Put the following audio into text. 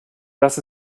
das